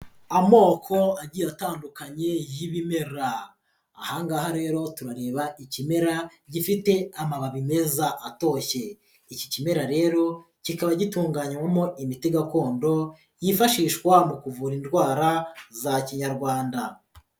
Amoko agiye atandukanye y'ibimera, aha ngaha rero turareba ikimera gifite amababi meza atoshye, iki kimera rero kikaba gitunganywamo imiti gakondo, yifashishwa mu kuvura indwara za Kinyarwanda.